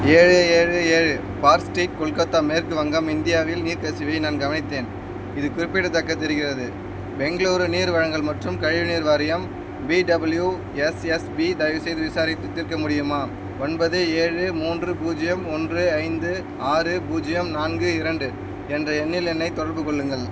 ஏழு ஏழு ஏழு பார்க் ஸ்ட்ரீட் கொல்கத்தா மேற்கு வங்கம் இந்தியாவில் நீர் கசிவை நான் கவனித்தேன் இது குறிப்பிடத்தக்கத் தெரிகிறது பெங்களூரு நீர் வழங்கல் மற்றும் கழிவுநீர் வாரியம் பிடபிள்யூஎஸ்எஸ்பி தயவுசெய்து விசாரித்து தீர்க்க முடியுமா ஒன்பது ஏழு மூன்று பூஜ்ஜியம் ஒன்று ஐந்து ஆறு பூஜ்ஜியம் நான்கு இரண்டு என்ற எண்ணில் என்னைத் தொடர்பு கொள்ளுங்கள்